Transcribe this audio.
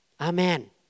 Amen